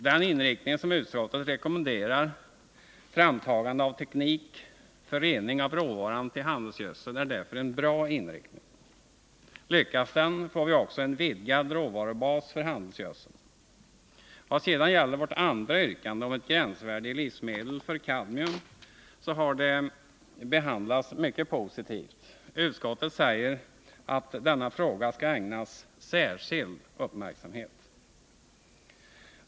Den inriktning som utskottet rekommenderar, framtagande av teknik för rening av råvaran till handelsgödsel, är därför en bra inriktning. Lyckas den, får vi också en vidgad råvarubas för handelsgödseln. Vad sedan gäller vårt andra yrkande, om ett gränsvärde i livsmedel för kadmium, så har det behandlats mycket positivt. Utskottet säger att denna fråga skall ägnas särskild uppmärksamhet.